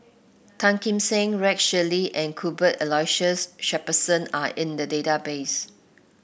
Tan Kim Seng Rex Shelley and Cuthbert Aloysius Shepherdson are in the database